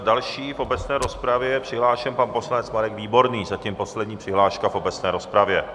Další v obecné rozpravě je přihlášen pan poslanec Marek Výborný, zatím poslední přihláška v obecné rozpravě.